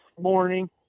morning